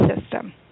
system